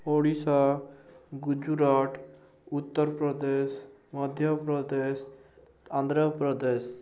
Odisha Gujarat Uttar Pradesh Madhya Pradesh Andhra Pradesh